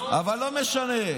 אבל לא משנה,